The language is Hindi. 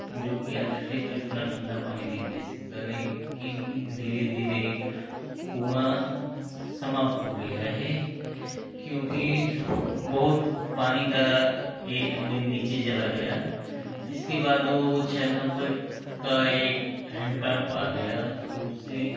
जो कि आज फ्रिज उतना ठंडा पानी नहीं दे सकता है लेकिन धीरे धीरे कुआँ समाप्त हो गया है क्योंकि बहुत पानी का नीचे चला गया इसके बाद वो छः नम्बर का एक हैंडपंप आ गया तो उससे